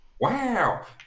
Wow